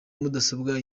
mudasobwa